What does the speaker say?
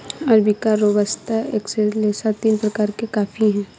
arabica robusta excelsa तीन प्रकार के कॉफी हैं